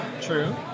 True